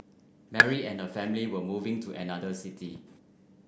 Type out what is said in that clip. Mary and her family were moving to another city